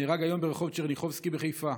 נהרג היום ברחוב טשרניחובסקי בחיפה.